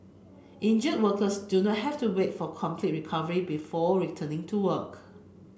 injured workers do not have to wait for complete recovery before returning to work